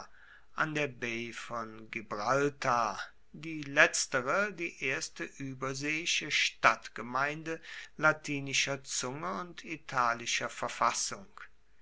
an der bai von gibraltar die letztere die erste überseeische stadtgemeinde latinischer zunge und italischer verfassung